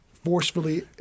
forcefully